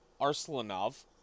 Arslanov